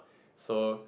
so